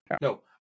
No